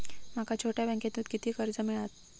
माका छोट्या बँकेतून किती कर्ज मिळात?